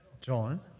John